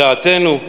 על דעתנו,